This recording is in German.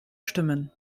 stimmen